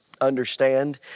understand